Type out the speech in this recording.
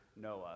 Noah